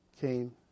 came